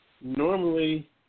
Normally